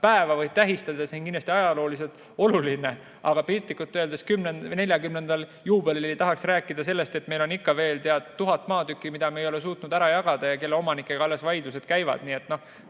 päeva võib tähistada, see on kindlasti ajalooliselt oluline, aga piltlikult öeldes 40 aasta juubelil ei tahaks rääkida sellest, et meil on ikka veel 1000 maatükki, mida me ei ole suutnud ära jagada ja mille omanikega alles vaidlused käivad. Nii et